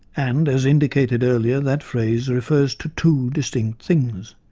and, as indicated earlier, that phrase refers to two distinct things